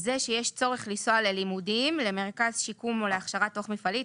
זה שיש צורך לנסוע ללימודים למרכז שיקום או להכשרה תוך מפעלית,